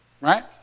Right